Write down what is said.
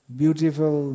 beautiful